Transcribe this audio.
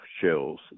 shells